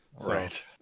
right